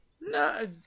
No